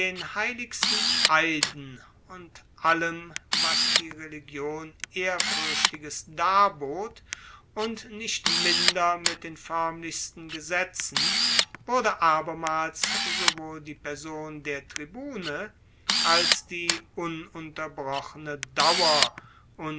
heiligsten eiden und allem was die religion ehrfuerchtiges darbot und nicht minder mit den foermlichsten gesetzen wurde abermals sowohl die person der tribune als die ununterbrochene dauer